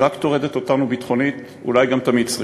היא רק טורדת אותנו ביטחונית, אולי גם את המצרים.